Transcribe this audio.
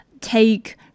take